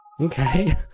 Okay